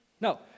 No